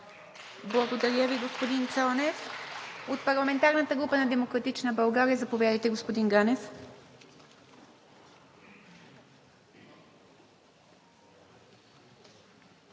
Благодаря Ви, господин Цонев. От парламентарната група на „Демократична България“ – заповядайте, господин Ганев.